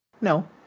No